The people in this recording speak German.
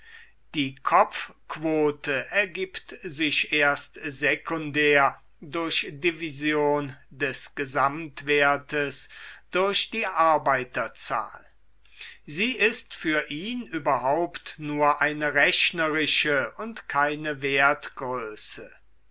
die kopfquote ergibt sich erst sekundär durch division des gesamtwertes durch die arbeiterzahl sie ist für ihn überhaupt nur eine rechnerische und keine wertgröße